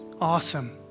Awesome